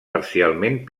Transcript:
parcialment